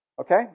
Okay